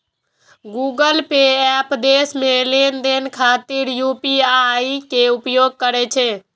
Google Pay app देश मे लेनदेन खातिर यू.पी.आई के उपयोग करै छै